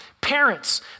Parents